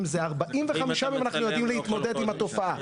אם זה 45 יום, אנחנו יודעים להתמודד עם התופעה.